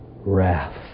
wrath